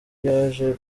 yaje